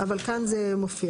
אבל כאן זה מופיע.